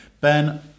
Ben